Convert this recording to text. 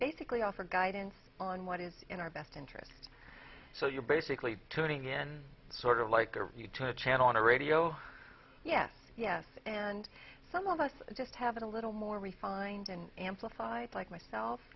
basically offer guidance on what is in our best interest so you're basically tuning in sort of like are you trying to channel on a radio yes yes and some of us just having a little more refined and amplified like myself